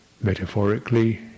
metaphorically